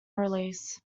release